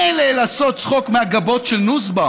מילא לעשות צחוק מהגבות של נוסבאום,